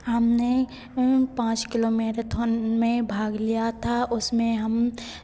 हमने पाँच kilo marathon में भाग लिया था उसमें हम